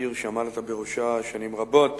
בעיר שעמדת בראשה שנים רבות,